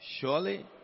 surely